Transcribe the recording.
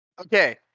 Okay